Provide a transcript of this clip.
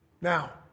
now